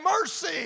mercy